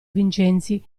vincenzi